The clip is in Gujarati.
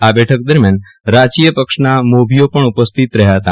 આ બેઠક દરમિયાન રાજકીય પક્ષના મોભીઓ પણ ઉપસ્થિત રહ્યા હતા